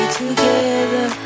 together